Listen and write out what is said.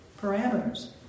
Parameters